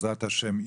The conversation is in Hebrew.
בעזרת השם,